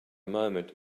moment